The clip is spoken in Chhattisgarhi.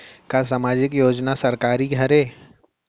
का सामाजिक योजना सरकारी हरे?